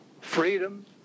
freedom